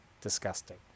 disgusting